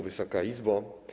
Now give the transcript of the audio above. Wysoka Izbo!